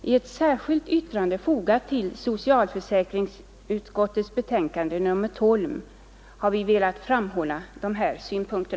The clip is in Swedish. I ett särskilt yttrande fogat till socialförsäkringsutskottets betänkande nr 12 har vi velat framhålla dessa synpunkter.